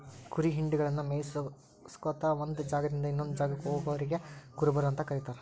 ಕುರಿ ಹಿಂಡಗಳನ್ನ ಮೇಯಿಸ್ಕೊತ ಒಂದ್ ಜಾಗದಿಂದ ಇನ್ನೊಂದ್ ಜಾಗಕ್ಕ ಹೋಗೋರಿಗೆ ಕುರುಬರು ಅಂತ ಕರೇತಾರ